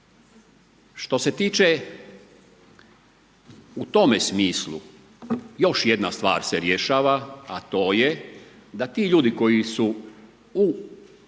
Što se tiče, u tome smislu još jedna stvar se dešava a to je da ti ljudi koji su u